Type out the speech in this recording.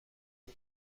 کنی